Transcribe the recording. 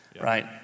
Right